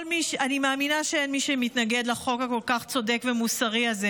אני מאמינה שאין מי שמתנגד לחוק המוסרי והצודק כל כך הזה.